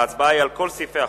ההצבעה היא על כל סעיפי החוק.